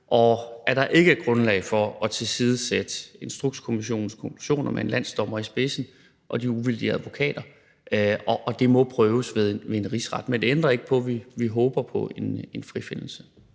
om, at der ikke er grundlag for at tilsidesætte Instrukskommissionens konklusioner med en landsdommer i spidsen og de uvildige advokater. Det må prøves ved en rigsret, men det ændrer ikke på, at vi håber på en frifindelse.